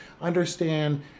understand